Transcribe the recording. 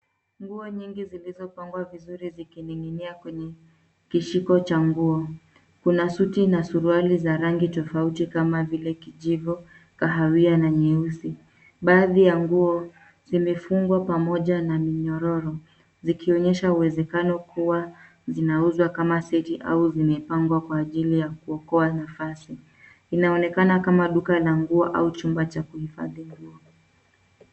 Nguo nyingi zilizopangwa vizuri zikining'inia kwenye kishiko cha nguo. Kuna suti na suruali za rangi tofauti kama vile kijivu, kahawia na nyeusi. Baadhi ya nguo zimefungwa pamoja na minyororo. Zikionyesha uwezekano kuwa zinauzwa kama seti au zimepangwa kwa ajili ya kuokoa nafasi. Inaonekana kama duka la nguo au chumba cha kuhifadhi nguo.